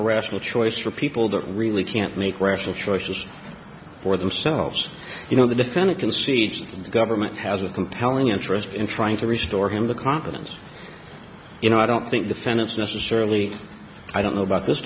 a rational choice for people that really can't make rational choices for themselves you know the defendant concedes the government has a compelling interest in trying to restore him the confidence you know i don't think defendants necessarily i don't know about this